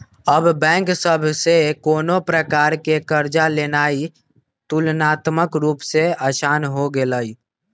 अब बैंक सभ से कोनो प्रकार कें कर्जा लेनाइ तुलनात्मक रूप से असान हो गेलइ